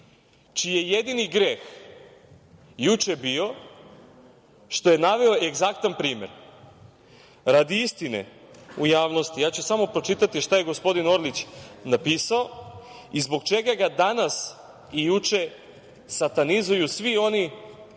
je jedini greh juče bio što je naveo egzaktan primer. Radi istine u javnosti ja ću samo pročitati šta je gospodin Orlić napisao i zbog čega ga danas i juče satanizuju svi oni koji